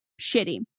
shitty